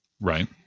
Right